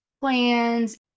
plans